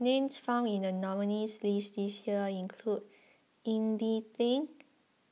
names found in the nominees' list this year include Ying E Ding